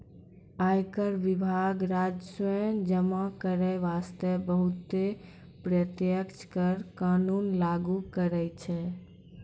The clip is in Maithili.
आयकर विभाग राजस्व जमा करै बासतें बहुते प्रत्यक्ष कर कानून लागु करै छै